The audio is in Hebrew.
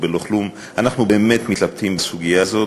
בלא כלום: אנחנו באמת מתלבטים בסוגיה הזאת,